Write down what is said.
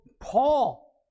Paul